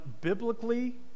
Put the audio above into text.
biblically